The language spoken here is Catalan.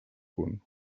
punt